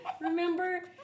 remember